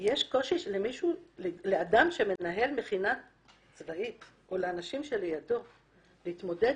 יש קושי לאדם שמנהל מכינה קדם-צבאית או לאנשים שלידו להתמודד,